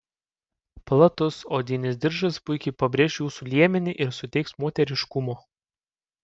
platus odinis diržas puikiai pabrėš jūsų liemenį ir suteiks moteriškumo